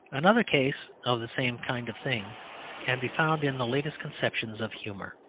another case of the same kind of thing can be found in the latest conceptions of humour.